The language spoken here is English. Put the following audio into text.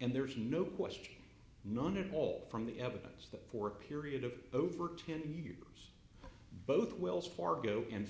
and there's no question none at all from the evidence that for a period of over ten years both wells fargo and